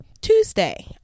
Tuesday